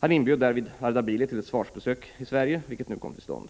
Han inbjöd därvid Ardabili till ett svarsbesök i Sverige, vilket nu kom till stånd.